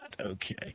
Okay